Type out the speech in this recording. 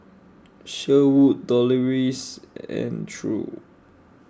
Sherwood Deloris and True